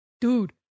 dude